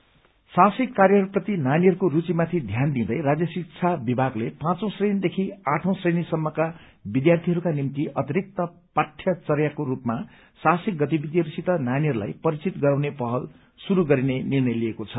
adventure साहसिक कार्यहरूप्रति नानीहरूको रूचीमाथि ध्यान दिँइदै राज्य शिक्षा विभागले पाँचौ श्रेणीदेखि आठौं श्रेणीसम्मका विद्यार्थीहरूका निम्ति अतिरिक्त पाठ्यचर्याको रूपमा साहसिक गतिविधिहरूसित नानीहरूलाई परिचित गराउने पहल शुरू गरिने निर्णय लिएको छ